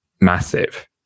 massive